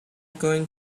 going